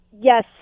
Yes